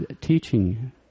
teaching